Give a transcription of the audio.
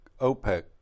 OPEC